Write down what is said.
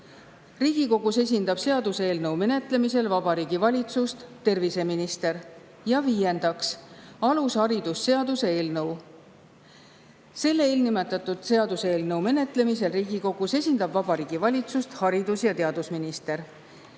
Riigikogus esindab seaduseelnõu menetlemisel Vabariigi Valitsust terviseminister. Ja viiendaks, alusharidusseaduse eelnõu. Eelnimetatud seaduseelnõu menetlemisel Riigikogus esindab Vabariigi Valitsust haridus‑ ja teadusminister.